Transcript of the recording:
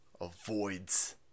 avoids